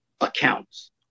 accounts